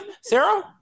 Sarah